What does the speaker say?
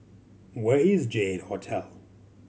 where is J Eight Hotel